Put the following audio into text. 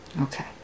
okay